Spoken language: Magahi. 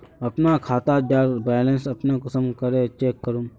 अपना खाता डार बैलेंस अपने कुंसम करे चेक करूम?